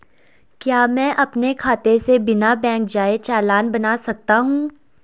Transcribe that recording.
क्या मैं अपने खाते से बिना बैंक जाए चालान बना सकता हूँ?